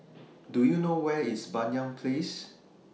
Do YOU know Where IS Banyan Place